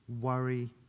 worry